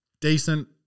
decent